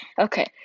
Okay